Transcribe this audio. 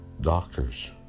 doctors